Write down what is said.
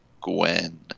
Gwen